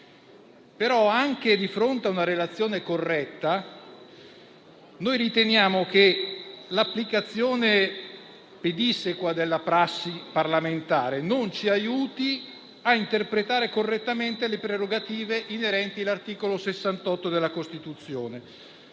Anche di fronte a una relazione corretta, riteniamo però che l'applicazione pedissequa della prassi parlamentare non ci aiuti a interpretare correttamente le prerogative inerenti l'articolo 68 della Costituzione.